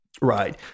Right